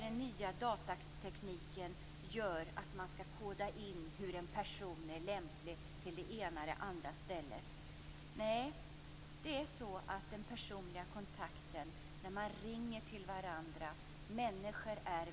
Den nya datatekniken innebär att man skall koda in hur en person lämpar sig för det ena eller andra stället. Nej, det handlar om den personliga kontakten, att ringa till varandra. Människor är